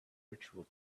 ritual